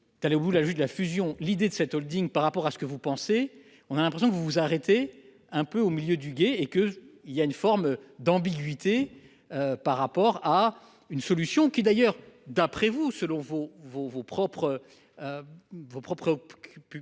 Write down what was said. la vue de la fusion. L'idée de cette Holding par rapport à ce que vous pensez, on a l'impression que vous vous arrêtez un peu au milieu du gué et que il y a une forme d'ambiguïté. Par rapport à une solution qui d'ailleurs d'après vous selon vos, vos, vos propres. Vos